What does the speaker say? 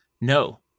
No